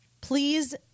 Please